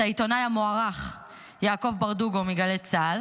העיתונאי המוערך יעקב ברדוגו מגלי צה"ל,